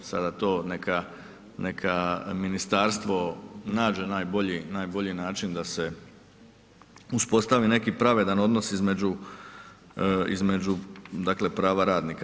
Sada to neka ministarstvo nađe najbolji način da se uspostavi neki pravedan odnos između prava radnika.